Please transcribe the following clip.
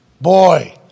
Boy